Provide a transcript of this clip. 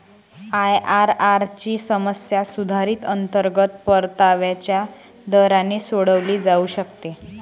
IRR ची समस्या सुधारित अंतर्गत परताव्याच्या दराने सोडवली जाऊ शकते